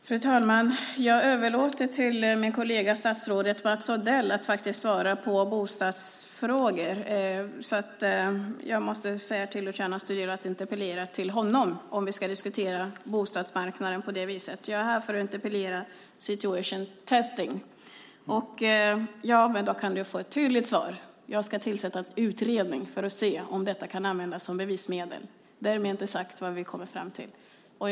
Fru talman! Jag överlåter till min kollega statsrådet Mats Odell att svara på bostadsfrågor. Jag måste be Luciano Astudillo att interpellera till honom om han vill diskutera bostadsmarknaden på det viset. Jag är här för att debattera situation testing . Du kan få ett tydligt svar. Jag ska tillsätta en utredning för att se om detta kan användas som bevismedel. Därmed inte sagt vad vi kommer fram till.